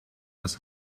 dass